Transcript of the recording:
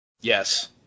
Yes